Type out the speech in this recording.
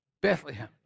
Bethlehem